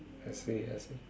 I see I see